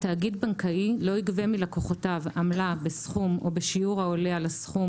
'תאגיד בנקאי לא יגבה מלקוחותיו עמלה בסכום או בשיעור העולה על הסכום